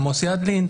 עמוס ידלין,